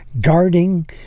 guarding